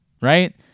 Right